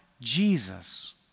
Jesus